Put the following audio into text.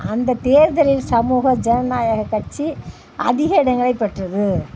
அந்தத் தேர்தலில் சமூக ஜனநாயகக் கட்சி அதிக இடங்களைப் பெற்றது